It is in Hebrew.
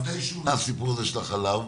מתי שונה הסיפור של החלב?